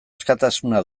askatasuna